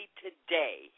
today